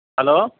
hello